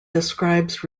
describes